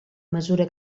mesura